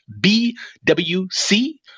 BWC